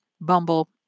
Bumble